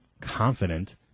confident